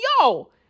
yo